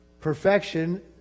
Perfection